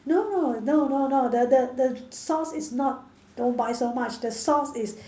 no no no no no the the the source is not don't buy so much the source is